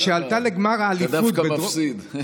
שעלתה לגמר האליפות בדרום, אתה דווקא מפסיד.